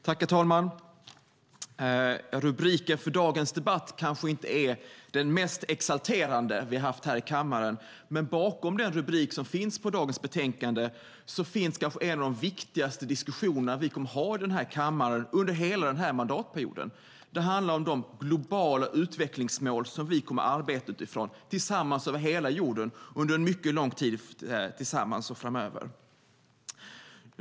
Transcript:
Herr talman! Rubriken för dagens debatt kanske inte är den mest exalterande vi har haft här i kammaren, men bakom rubriken på dagens utlåtande finns kanske en av de viktigaste diskussionerna vi kommer att ha i denna kammare under hela mandatperioden. Det handlar om de globala utvecklingsmål som vi kommer att arbeta utifrån tillsammans över hela jorden under en mycket lång tid framöver.